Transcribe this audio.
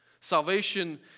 Salvation